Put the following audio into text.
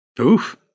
Oof